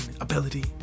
ability